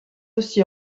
aussi